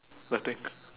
nothing